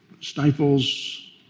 stifles